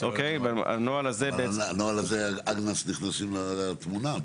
בנוהל הזה הגנ"ס נכנס לתמונה.